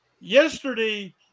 Yesterday